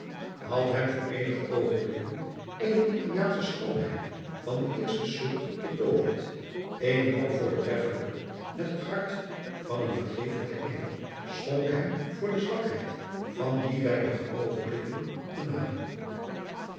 ad hem voor eenige oogenblikken eene taliaansche schoonheid van de eerste soort betooverd eene nog voortreffelijker driaan oosjes zn et leven van aurits ijnslager met het hart van een vergeeflijken ngel schonk hem voor de zwakheid van die weinige oogenblikken genade